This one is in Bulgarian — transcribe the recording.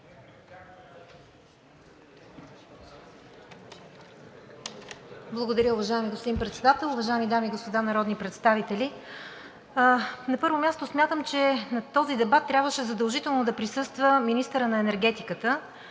Благодаря, уважаеми господин Председател. Уважаеми дами и господа народни представители! На първо място, смятам, че на този дебат трябваше задължително да присъства министърът на енергетиката